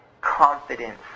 Confidence